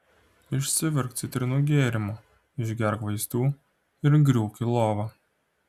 išsivirk citrinų gėrimo išgerk vaistų ir griūk į lovą